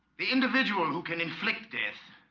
the individual who can inflict death